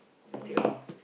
they take already